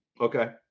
Okay